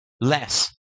less